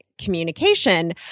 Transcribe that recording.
communication